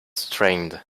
strained